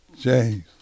James